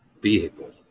vehicle